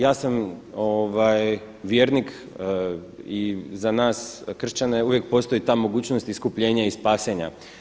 Ja sam vjernik i za nas kršćane uvijek postoji ta mogućnost iskupljenja i spasenja.